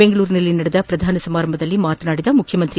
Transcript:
ಬೆಂಗಳೂರಿನಲ್ಲಿ ನಡೆದ ಪ್ರಧಾನ ಸಮಾರಂಭದಲ್ಲಿ ಮಾತನಾಡಿದ ಮುಖ್ಯಮಂತ್ರಿ ಬಿ